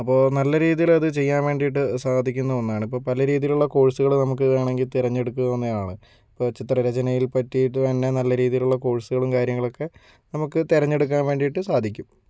അപ്പോൾ നല്ല രീതില് അത് ചെയ്യാൻ വേണ്ടീട്ട് സാധിക്കുന്ന ഒന്നാണ് ഇപ്പോൾ പലരീതിലുള്ള കോഴ്സ്കള് നമുക്ക് വേണമെങ്കിൽ തിരഞ്ഞെടുക്കുക തന്നെയാണ് ഇപ്പോൾ ചിത്രരചനയിൽ പറ്റിയിട്ട് തന്നെ നല്ല രീതിയിലുള്ള കോഴ്സ്കളും കാര്യങ്ങളൊക്കെ നമുക്ക് തിരഞ്ഞെടുക്കാൻ വേണ്ടിയിട്ട് സാധിക്കും